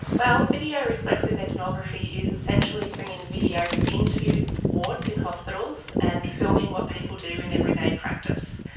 well, video reflexive ethnography is essentially bringing video into wards in hospitals and filming what people do in everyday practice.